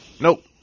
Nope